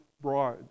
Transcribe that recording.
bride